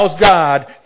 God